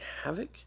havoc